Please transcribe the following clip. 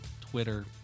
Twitter